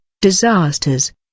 disasters